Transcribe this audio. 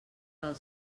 del